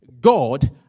God